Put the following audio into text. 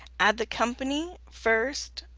add the company, first,